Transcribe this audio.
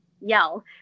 yell